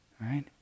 Right